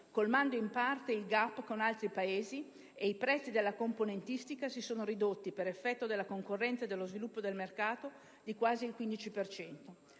colmando in parte il *gap* con altri Paesi, ed i prezzi della componentistica si sono ridotti, per effetto della concorrenza e dello sviluppo del mercato, di quasi il 15